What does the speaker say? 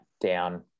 down